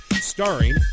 starring